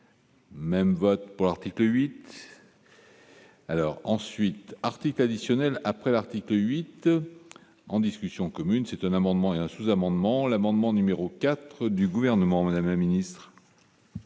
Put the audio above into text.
Même vote pour l'article 8. Alors ensuite article additionnel après l'article 8. En discussion commune c'est un amendement et un sous-amendement l'amendement numéro 4 du gouvernement, Madame la Ministre.